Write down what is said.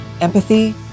empathy